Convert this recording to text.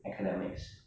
academics